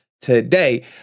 today